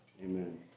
amen